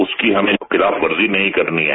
उसकी हमें खिताफवर्जी नहीं करनी है